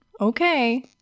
okay